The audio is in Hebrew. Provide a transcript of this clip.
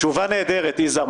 תשובה נהדרת, יזהר.